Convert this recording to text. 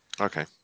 Okay